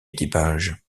équipage